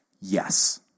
Yes